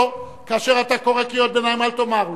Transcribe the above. כאשר אתה קורא קריאות ביניים, אל תאמר לו.